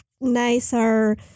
nicer